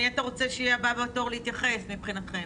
מי אתה רוצה שיהיה הבא בתור להתייחס מבחינתכם?